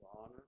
honor